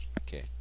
Okay